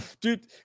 Dude